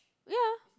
ya